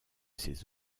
ses